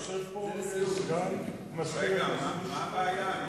יושב פה סגן מזכיר הכנסת, רגע, מה הבעיה?